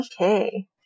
Okay